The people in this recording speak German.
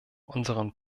unseren